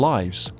Lives